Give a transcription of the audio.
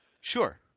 Sure